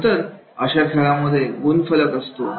नंतर अशा खेळामध्ये गुणफलक असतो